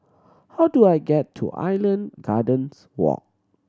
how do I get to Island Gardens Walk